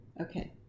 Okay